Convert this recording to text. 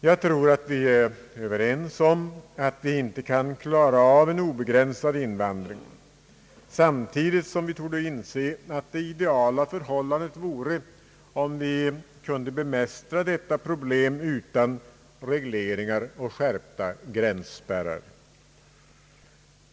Jag tror att vi är överens om att vi inte kan klara av en obegränsad invandring, samtidigt som vi torde inse att det ideala förhållandet vore om vi kunde bemästra detta problem utan regleringar och skärpta gränsspärrar.